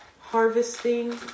Harvesting